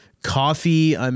Coffee